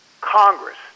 Congress